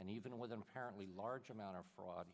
and even with an apparently large amount of fraud